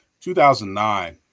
2009